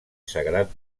sagrat